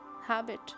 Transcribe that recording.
habit